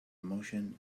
motion